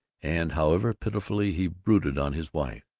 and however pitifully he brooded on his wife,